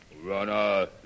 Runner